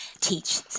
teach